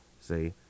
See